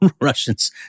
Russians